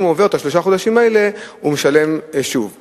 אם הוא עובר את שלושת החודשים האלה, הוא משלם שוב.